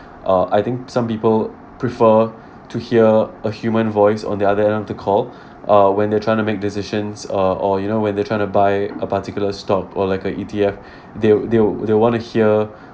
uh I think some people prefer to hear a human voice on the other end of the call uh when they're trying to make decisions or or you know when they try to buy a particular stock or like uh E_T_F they'll they'll they want to hear